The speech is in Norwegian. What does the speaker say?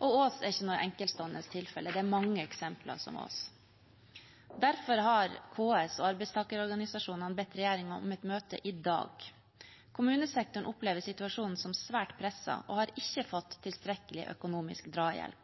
Og Ås er ikke noe enkeltstående tilfelle; det er mange eksempler som Ås. Derfor har KS og arbeidstakerorganisasjonene bedt regjeringen om et møte i dag. Kommunesektoren opplever situasjonen som svært presset og har ikke fått tilstrekkelig økonomisk drahjelp